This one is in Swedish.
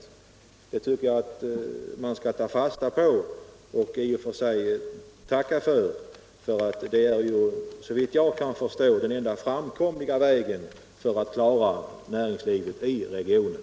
Jag tycker att man skall ta fasta på detta och tacka för det beskedet. Det är såvitt jag förstår den enda framkomliga vägen för att klara näringslivet i regionen.